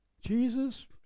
Jesus